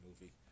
movie